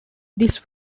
this